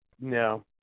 no